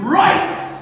rights